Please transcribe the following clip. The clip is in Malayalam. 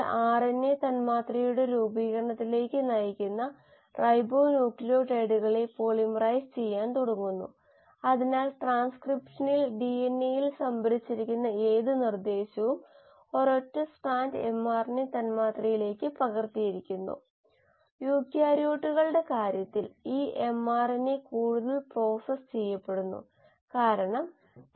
ആർഡിഎൻഎ സാങ്കേതികവിദ്യ എങ്ങനെ ഉള്ളിലുള്ളത് മാറ്റാൻ ഉപയോഗിക്കാമെന്ന് ഞാൻ വളരെ ഹ്രസ്വമായി പരാമർശിച്ചു പിന്നെ ഹൈബ്രിഡോമ ടെക്നോളജി പോലുള്ള മുഴുവൻ കോശങ്ങളും മാറ്റുന്ന സാങ്കേതികതകളെക്കുറിച്ച് നാം കണ്ടു